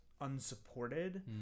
unsupported